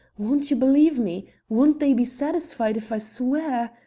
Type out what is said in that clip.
won't you believe me? won't they be satisfied if i swear